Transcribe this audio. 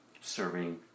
serving